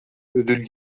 ödül